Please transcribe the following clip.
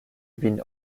bin